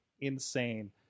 insane